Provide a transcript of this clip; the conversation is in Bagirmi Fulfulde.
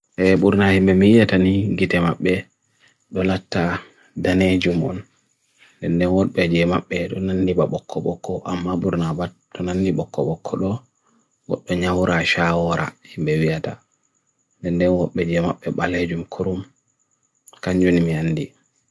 e burna himme meye tani gite magbe bulata dane jumon nene wo be die magbe, unne nne babo ko bo ko amma burna abad, unne nne bo ko bo ko lo but benya ho ra sha ho ra himme meye yada nene wo be die magbe balay jum kurum kanjuni mi handi